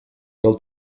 del